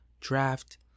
draft